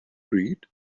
read